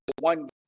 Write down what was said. one